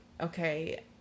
okay